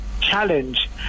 challenge